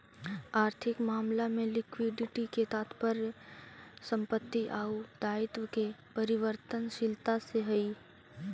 आर्थिक मामला में लिक्विडिटी के तात्पर्य संपत्ति आउ दायित्व के परिवर्तनशीलता से हई